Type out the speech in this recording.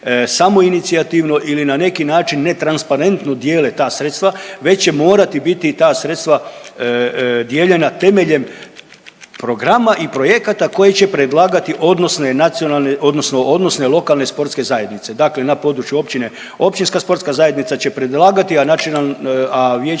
samoinicijativno ili na neki način ne transparentno dijele ta sredstva, već će morati biti i ta sredstva dijeljena temeljem programa i projekata koje će predlagati odnosne i nacionalne, odnosno odnosne lokalne sportske zajednice. Dakle, na području općine općinska sportska zajednica će predlagati, a načelnik